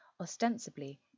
Ostensibly